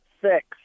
Six